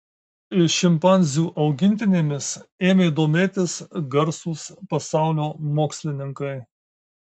šimpanzių augintinėmis ėmė domėtis garsūs pasaulio mokslininkai